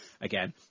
again